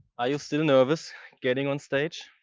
ah you still nervous getting on stage?